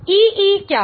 EE क्या है